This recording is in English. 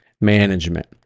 management